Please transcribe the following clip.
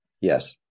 Yes